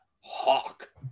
Hawk